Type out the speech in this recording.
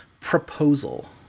Proposal